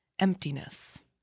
emptiness